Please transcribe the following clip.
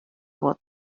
vot